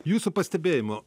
jūsų pastebėjimu